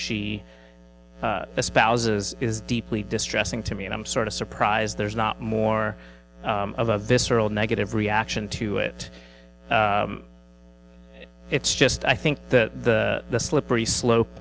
she spouses is deeply distressing to me and i'm sort of surprised there's not more of a visceral negative reaction to it it's just i think the the slippery slope